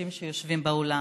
אדוני היושב-ראש,